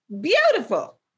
Beautiful